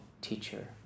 teacher